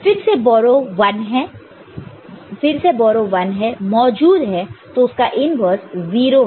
फिर से बोरो 1है मौजूद है तो उसका इन्वर्स् 0 है